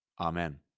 Amen